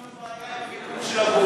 יש לנו בעיה עם המיקום של הבול.